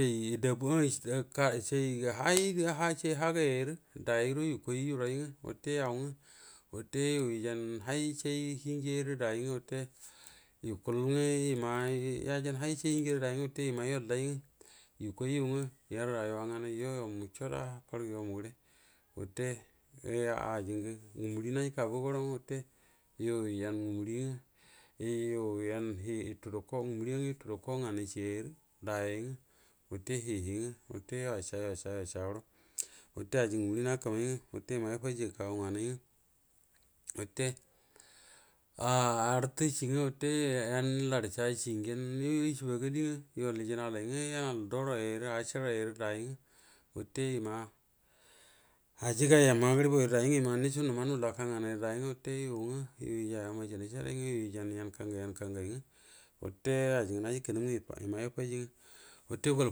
Oie dabu ngwə ka ciə hay ngə ciey həgə ay rə dayyay guəro yukway yuray ngwə wate yau ngwə wute yu yəjan hay ciejan hay cie hienjie ay rə dayyay ngwə wate yəma yual day ngwə yukuay yu ngwə yan rawuya nganay yu anyo mu cot a’ fargə yumugəre watə aki ng ngumannə naji kabygu go guran ngwə wate yu yan ngumaria ngwə yutudu kok ngumari ngwə yutudu kok nganay ciɛyyay rə dayyay rə wyte hie hie wate yawacida yəwacida yəwacida guəro wutɛ an ngwə nguməri nakəmay ngwə wute yama yvfaji kaga nganan ngwə wate ahah artə cie ngwə wute yan lusa cie gyen yu yə cira bagali ngwə yəjanalay ngwə yanal duwarayyarə, acijjjarayyarə dayyay ngwə wate yəma aji gay magdnibu ə ayrə dayyan yema nducuo nəmu nual laka nfanayayrədayyan wste yu ngwa yu yəjay majilisu ray ngwə yujay you kangan ngwə wate aji ngwə naji kənəm ngwə yəma yəfaji ngwo wate gol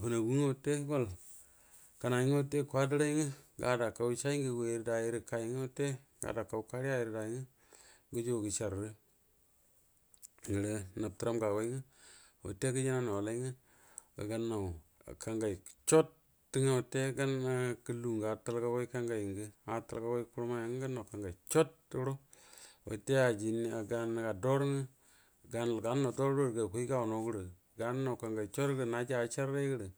fənagu ngwə gol kəmay ngwə wate kwado ray ngwa gaidai kau shayo ngagu dugra day gərə kayyan nguwə, ngəwə wate gadau kari ayyay yu dayyan guju gu ciarə gərə nati tvram ngagway ngwə wate gəjə na lay nau alay ngwə, ga gan naw kangay cuot ngwə wate garia lugu atal gagwai kanyay kuru ma yango gannaw kangai cot guəro ajigo aga duwar ngw, gat gannow duwar gərə gakuaty gawnaw gvra gannaw kanngay cot gvrə naji a cəar gərə.